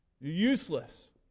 useless